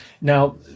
Now